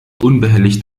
unbehelligt